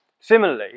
similarly